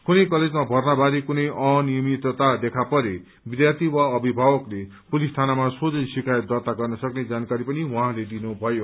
कुनै कलेजमा भर्ना बारे कुनै अनियमित्तता देखा परे विध्यार्थी वा अविभावकले पुलिस थानामा सोम्रै शिकायत दर्त्ता गर्न सक्ने जानकारी पनि उहाँले दिनुभयो